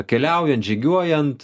keliaujant žygiuojant